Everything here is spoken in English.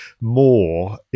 more